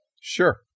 Sure